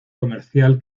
comercial